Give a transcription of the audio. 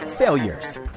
failures